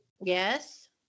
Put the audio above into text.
Yes